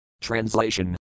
Translation